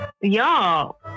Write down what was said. y'all